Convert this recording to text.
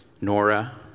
Nora